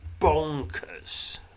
bonkers